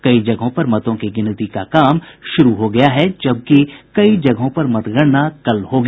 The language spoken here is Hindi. कई जगहों पर मतों की गिनती का काम शुरू हो गया है जबकि कई जगहों पर मतगणना कल होगी